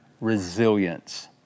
resilience